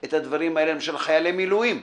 את הדברים האלה לגבי חיילי מילואים,